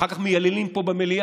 אחר כך מייללים פה במליאה,